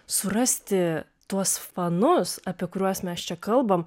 surasti tuos fanus apie kuriuos mes čia kalbam